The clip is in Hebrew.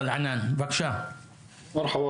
בבקשה ענאן.